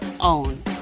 own